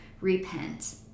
repent